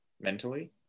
mentally